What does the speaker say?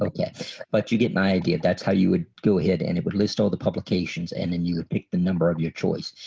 like yes but you get my idea. that's how you would go ahead and it would list all the publications and then you would pick the number of your choice.